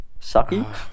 Sucky